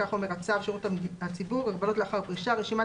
כך אומר הצו: צו שירות הציבור (הגבלות לאחר פרישה) (רשימת